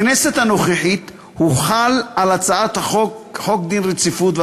בכנסת הנוכחית הוחל על הצעת החוק דין רציפות,